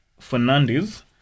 Fernandes